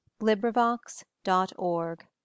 LibriVox.org